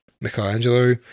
Michelangelo